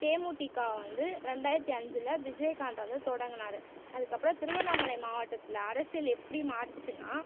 தேமுதிக வந்து ரெண்டாயிரத்து அஞ்சில் விஜயகாந்த் வந்து தொடங்கனார் அதற்கப்புறம் திருவண்ணாமலை மாவட்டத்தில் அரசியல் எப்படி மாறிச்சுன்னா